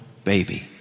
baby